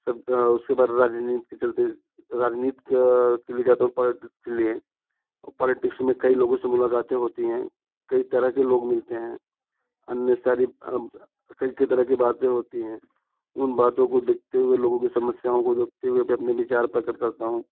सब्जियां उसके बाद राजनीति चलते राजनीत लिए जाता हूँ पौलेटिक्स में कई लोगों से मुलाकातें होती हैं कई तरह के लोग मिलते हैं अन्य सारी कई कई तरह के बातें होती हैं उन बातों को देखते हुए लोगों के समस्याओं को देखते हुए मैं अपने विचार प्रकट करता हूँ